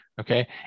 Okay